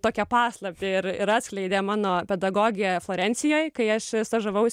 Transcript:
tokią paslaptį ir atskleidė mano pedagogė florencijoj kai aš stažavausi